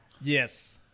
Yes